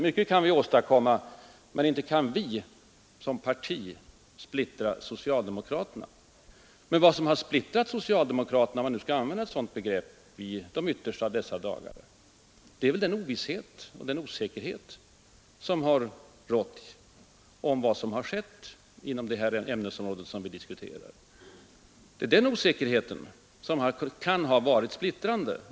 Mycket kan vi åstadkomma, men inte lär vi som parti kunna splittra socialdemokraterna. Vad som har splittrat socialdemokraterna, om man skall använda ett sådant här begrepp i de yttersta av dessa dagar, det är i stället den ovisshet och den osäkerhet som har rått om vad som verkligen har skett inom det område som vi diskuterar.